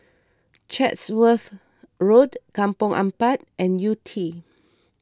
Chatsworth Road Kampong Ampat and Yew Tee